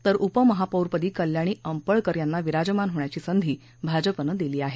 तर उपमहापौरपदी कल्याणी अंपळकर यांना विराजमान होण्याची संधी भाजपनं दिली आहे